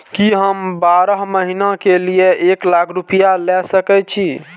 की हम बारह महीना के लिए एक लाख रूपया ले सके छी?